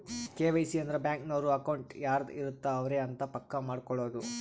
KYC ಅಂದ್ರ bank ನವರು account ಯಾರದ್ ಇರತ್ತ ಅವರೆ ಅಂತ ಪಕ್ಕ ಮಾಡ್ಕೊಳೋದು